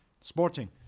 Sporting